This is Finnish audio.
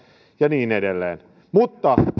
ja niin edelleen mutta